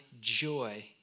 joy